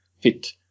fit